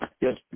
Yes